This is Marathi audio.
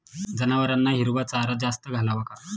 जनावरांना हिरवा चारा जास्त घालावा का?